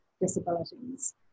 disabilities